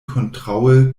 kontraŭe